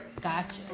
Gotcha